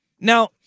Now